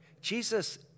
Jesus